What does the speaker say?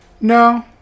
No